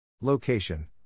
Location